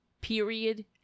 Period